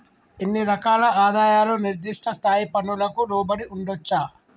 ఇన్ని రకాల ఆదాయాలు నిర్దిష్ట స్థాయి పన్నులకు లోబడి ఉండొచ్చా